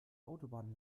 autobahn